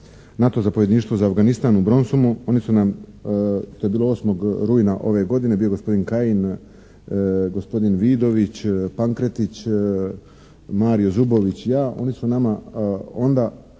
NATO zapovjedništvo za Afganistan u Bronsomu. Oni su nam, to je bilo 8. rujna ove godine. Bio je gospodin Kajin, gospodin Vidović, Pankretić, Mario Zubović i ja. Oni su nama onda